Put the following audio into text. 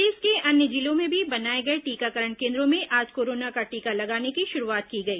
प्रदेश के अन्य जिलों में भी बनाए गए टीकाकरण केन्द्रों में आज कोरोना का टीका लगाने की शुरूआत की गई